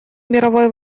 мировой